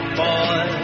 boy